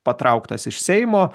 patrauktas iš seimo